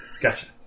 Gotcha